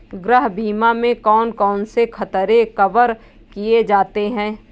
गृह बीमा में कौन कौन से खतरे कवर किए जाते हैं?